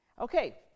Okay